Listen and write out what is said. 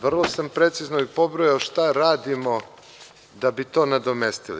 Vrlo sam precizno i pobrojao šta radimo da bi to nadomestili.